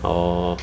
orh